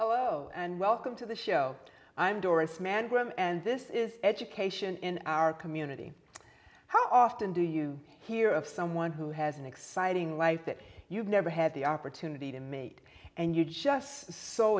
hello and welcome to the show i'm doris mann graeme and this is education in our community how often do you hear of someone who has an exciting life that you've never had the opportunity to meet and you're just so